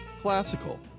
classical